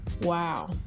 Wow